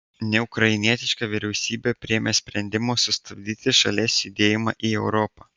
neukrainietiška vyriausybė priėmė sprendimą sustabdyti šalies judėjimą į europą